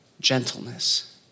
gentleness